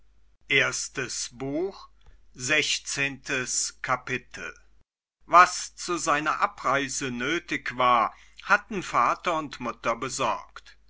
sechzehntes kapitel was zu seiner abreise nötig war hatten vater und mutter besorgt